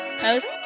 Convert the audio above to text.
Post